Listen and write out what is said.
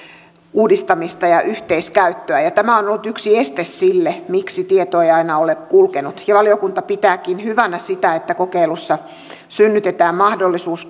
uudistamista ja yhteiskäyttöä tämä on ollut yksi este sille miksi tieto ei aina ole kulkenut ja valiokunta pitääkin hyvänä sitä että kokeilussa synnytetään mahdollisuus